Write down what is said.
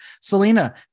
Selena